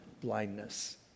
blindness